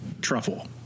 truffle